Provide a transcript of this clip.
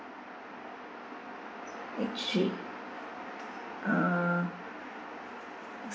eight three uh